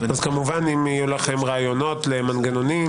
כמובן אם יהיו לכם רעיונות למנגנונים